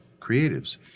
creatives